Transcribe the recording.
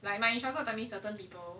like my instructor will tell me certain people